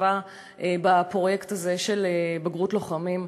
בצבא בפרויקט הזה של בגרות ללוחמים.